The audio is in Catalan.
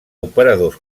operadors